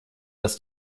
dass